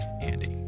Andy